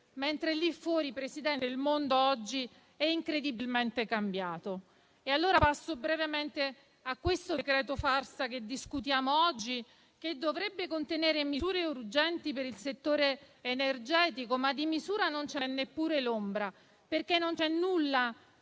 mentre lì fuori, Presidente, il mondo oggi è incredibilmente cambiato. Passo brevemente a questo decreto farsa che discutiamo oggi, che dovrebbe contenere misure urgenti per il settore energetico, ma di misure non ce n'è neppure l'ombra, perché non c'è nulla